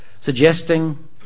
suggesting